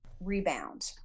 rebound